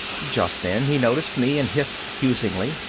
just then he noticed me and hissed accusingly,